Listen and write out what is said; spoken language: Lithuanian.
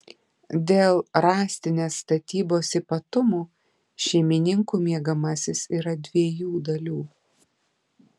dėl rąstinės statybos ypatumų šeimininkų miegamasis yra dviejų dalių